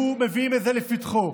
שמביאים לפתחו.